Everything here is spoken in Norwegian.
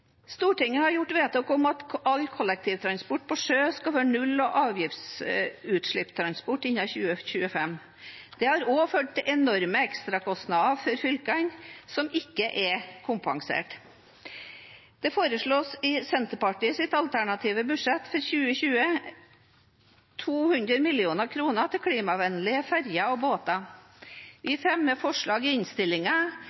Stortinget har gjort vedtak om at all kollektivtransport på sjø skal være null- og lavutslippstransport innen 2025. Dette har ført til enorme ekstrakostnader for fylkene, som ikke er kompensert. Det foreslås i Senterpartiets alternative budsjett for 2020 200 mill. kr til klimavennlige ferjer og båter. Vi fremmer forslag i